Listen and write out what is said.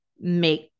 make